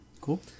Cool